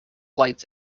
lights